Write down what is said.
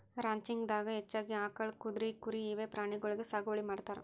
ranching ದಾಗಾ ಹೆಚ್ಚಾಗಿ ಆಕಳ್, ಕುದ್ರಿ, ಕುರಿ ಇವೆ ಪ್ರಾಣಿಗೊಳಿಗ್ ಸಾಗುವಳಿ ಮಾಡ್ತಾರ್